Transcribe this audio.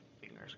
fingers